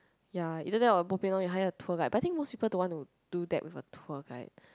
ya either that or bo pian orh you hire a tour guide but I think most people don't want to do that with a tour guide